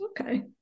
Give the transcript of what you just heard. okay